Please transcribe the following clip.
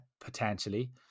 Potentially